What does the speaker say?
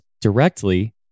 directly